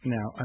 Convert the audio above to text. Now